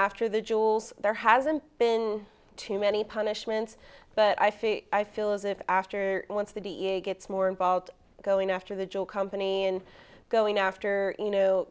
after the jewels there hasn't been too many punishments but i feel i feel as if after once the da gets more involved going after the joe company and going after you know